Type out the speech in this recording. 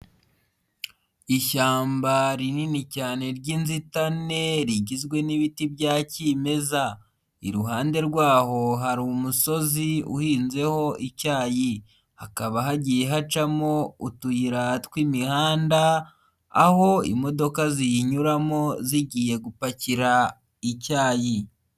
Ishyamba rinini cyane ry'inzitane rigizwe n'ibiti bya kimeza, iruhande rwaho hari umusozi uhinzeho icyayi, hakaba hagiye hacamo utuyira tw'imihanda, aho imodoka ziyinyuramo zigiye gupakira icyayi.